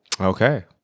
Okay